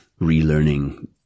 relearning